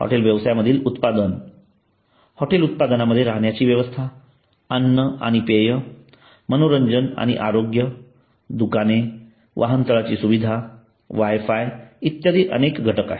hotel व्यवसायातील उत्पादन hotel उत्पादनामध्ये राहण्याची व्यवस्था अन्न आणि पेय मनोरंजन आणि आरोग्य दुकाने वाहनतळाची सुविधा वाय फाय इत्यादी अनेक घटक आहेत